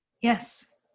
Yes